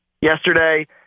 yesterday